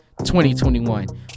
2021